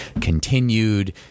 continued